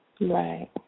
Right